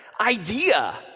idea